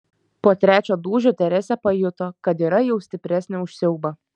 po trečio dūžio teresė pajuto kad yra jau stipresnė už siaubą